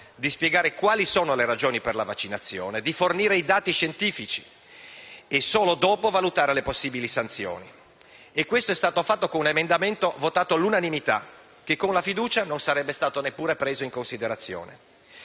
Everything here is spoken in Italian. di spiegare le ragioni della vaccinazione, di fornire i dati scientifici e, solo dopo, valutare le possibili sanzioni. Tutto questo è stato fatto con un emendamento votato all'unanimità che con l'apposizione della fiducia non sarebbe stato neppure preso in considerazione.